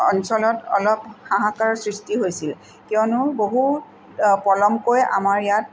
অঞ্চলত অলপ হাহাকাৰ সৃষ্টি হৈছিল কিয়নো বহুত পলমকৈ আমাৰ ইয়াত